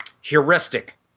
heuristic